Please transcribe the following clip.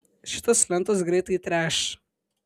šitos lentos greitai treš